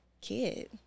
kid